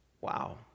Wow